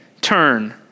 turn